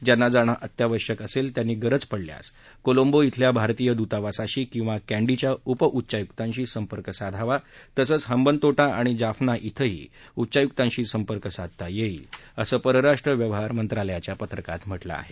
ज्यांना जाणं अत्यावश्यक असेल त्यांनी गरज पडल्यास कोलंबो इथल्या भारतीय दूतावासाशी किंवा कैंडीच्या उप उच्चायुकांशी संपर्क साधावा तसंच हंबनतोटा आणि जाफना इथंही उच्चायुकांशी संपर्क साधता येईल असं परराष्ट्र व्यवहार मंत्रालयाच्या पत्रकात म्हटलं आहे